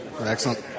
Excellent